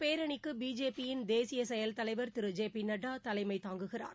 பேரணிக்கு பிஜேபியின் தேசிய செயல் தலைவர் இந்தப் திரு ஜே பி நட்டா தலைமை தாங்குகிறார்